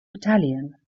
battalion